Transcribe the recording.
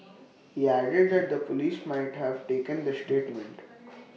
he added that the Police might have taken this statement